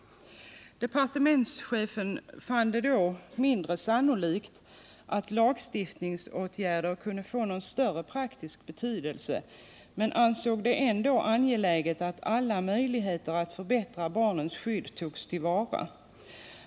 Departementschefen fann det då mindre sannolikt att lagstiftningsåtgärder kunde få någon större praktisk betydelse men ansåg det ändå angeläget att alla möjligheter att förbättra barnens skydd togs till vara.